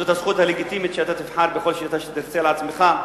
זאת הזכות הלגיטימית שאתה תבחר בכל שיטה שתרצה לעצמך.